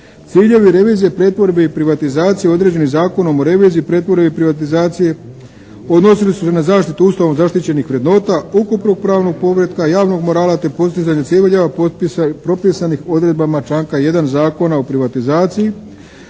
Ciljevi revizije, pretvorbe i privatizacije određenim Zakonom o reviziji, pretvorbe i privatizacije odnosili su se na zaštitu Ustavom zaštićenih vrednota, ukupnog pravnog poretka, javnog morala, te postizanje ciljeva propisanih odredbama članka 1. Zakona o privatizaciji